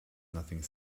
nothing